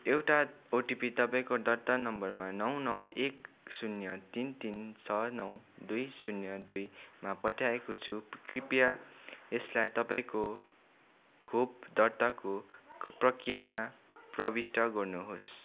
एउटा ओटिपी तपाईँँको दर्ता नम्बरमा नौ नौ एक शून्य तिन तिन छ नौ दुई शून्य दुइमा पठाइएको छ कृपया यसलाई तपाईँँको खोप दर्ताको प्रक्रियामा प्रविष्ट गर्नु होस्